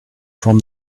from